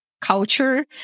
culture